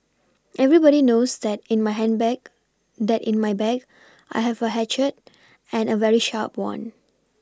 everybody knows that in my ham bag that in my bag I have a hatchet and a very sharp one